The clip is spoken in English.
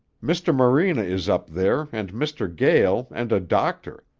mr. morena is up there, and mr. gael, and a doctor.